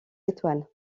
étoiles